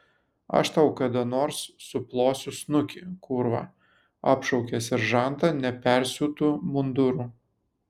aš tau kada nors suplosiu snukį kurva apšaukė seržantą nepersiūtu munduru